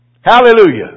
Hallelujah